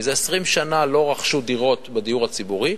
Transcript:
מזה 20 שנה לא רכשו דירות בדיור הציבורי,